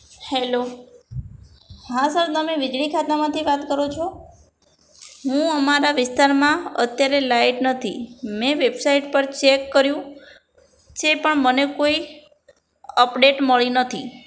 hello હા sir તમે વીજળી ખાતામાંથી વાત કરો છો હું અમારા વિસ્તારમાં અત્યારે લાઇટ નથી મેં વેબસાઇટ પર ચેક કર્યું છે પણ મને કોઈ અપડેટ મળી નથી